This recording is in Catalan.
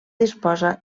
disposa